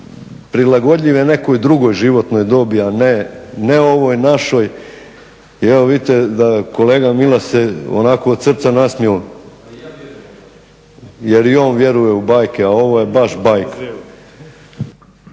prilagodljive nekoj drugoj životnoj dobi, a ne ovoj našoj. I evo vidite da kolega Milas se onako od srca nasmijao, jer i on vjeruje u bajke. A ovo je baš bajka!